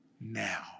now